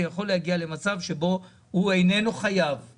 להתברר שאותו עסק איננו חייב לשלם אותו.